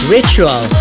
Ritual